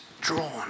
drawn